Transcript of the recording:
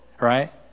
right